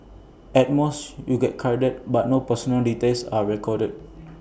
at most you get carded but no personal details are recorded